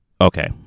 Okay